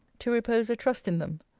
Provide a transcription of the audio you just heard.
to repose a trust in them.